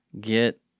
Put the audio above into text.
Get